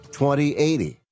2080